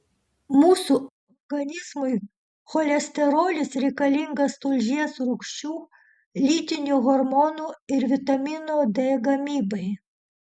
mūsų organizmui cholesterolis reikalingas tulžies rūgščių lytinių hormonų ir vitamino d gamybai